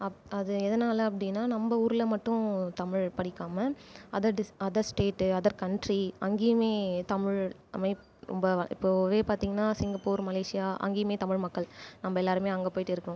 அப் அது எதனால் அப்படின்னா நம்ம ஊரில் மட்டும் தமிழ் படிக்காமல் other dis other state other country அங்கேயுமே தமிழ் அமைப்பு ரொம்ப இப்போவே பார்த்தீங்கன்னா சிங்கப்பூர் மலேசியா அங்கேயுமே தமிழ் மக்கள் நம்ம எல்லாருமே அங்கே போயிட்டு இருக்கணும்